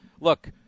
look